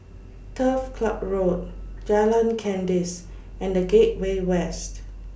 Turf Ciub Road Jalan Kandis and The Gateway West